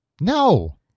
No